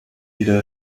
ihre